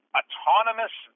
autonomous